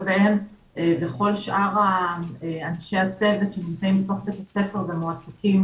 וכל שאר אנשי הצוות שנמצאים בתוך בית הספר ומועסקים